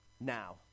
now